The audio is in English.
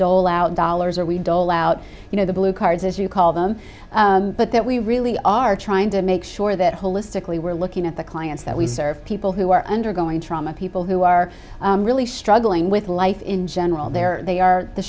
dole out dollars or we dole out you know the blue cards as you call them but that we really are trying to make sure that holistically we're looking at the clients that we serve people who are undergoing trauma people who are really struggling with life in general there they are